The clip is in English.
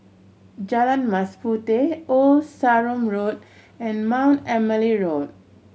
Jalan Mas Puteh Old Sarum Road and Mount Emily Road